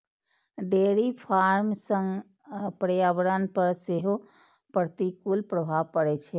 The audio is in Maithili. डेयरी फार्म सं पर्यावरण पर सेहो प्रतिकूल प्रभाव पड़ै छै